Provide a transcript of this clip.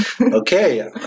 Okay